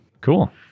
cool